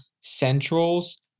centrals